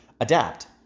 Adapt